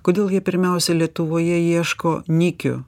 kodėl jie pirmiausiai lietuvoje ieško nykių